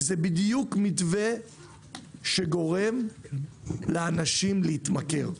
זה מתווה שגורם לאנשים להתמכר.